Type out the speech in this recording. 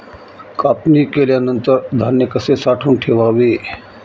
कापणी केल्यानंतर धान्य कसे साठवून ठेवावे?